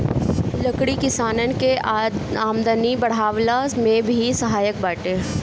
लकड़ी किसानन के आमदनी बढ़वला में भी सहायक बाटे